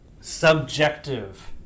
subjective